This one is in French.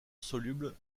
soluble